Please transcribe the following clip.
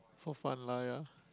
for fun lah ya